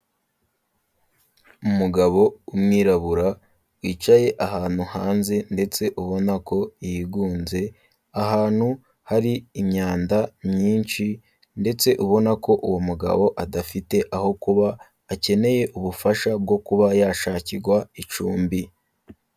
Umugabo w'umwirabura wicaye ahantu hanze ndetse ubona ko yigunze ahantu hari imyanda myinshi ndetse ubona ko uwo mugabo adafite aho kuba akeneye ubufasha bwo kuba yashakirwa icumbi.